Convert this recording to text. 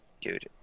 dude